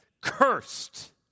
Cursed